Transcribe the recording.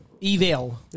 Evil